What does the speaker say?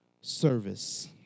service